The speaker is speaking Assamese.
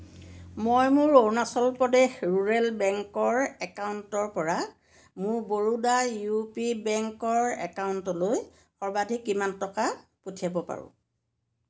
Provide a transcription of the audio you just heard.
মই মোৰ অৰুনাচল প্ৰদেশ ৰুৰেল বেংকৰ একাউণ্টৰ পৰা মোৰ বৰোডা ইউ পি বেংকৰ একাউণ্টলৈ সৰ্বাধিক কিমান টকা পঠিয়াব পাৰোঁ